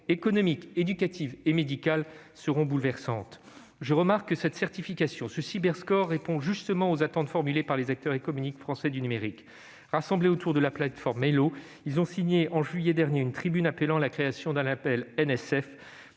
économiques, éducatives et médicales seront bouleversantes. La certification que prévoit ce texte répond aux attentes formulées par les acteurs économiques français du numérique. Rassemblés autour de la plateforme Mailo, ils ont signé en juillet dernier une tribune appelant à la création d'un label